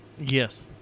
Yes